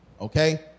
Okay